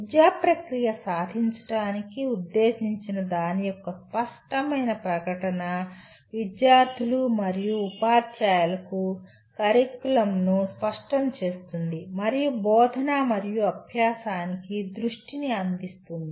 విద్యా ప్రక్రియ సాధించడానికి ఉద్దేశించిన దాని యొక్క స్పష్టమైన ప్రకటన విద్యార్థులు మరియు ఉపాధ్యాయులకు కరికులంను స్పష్టం చేస్తుంది మరియు బోధన మరియు అభ్యాసానికి దృష్టిని అందిస్తుంది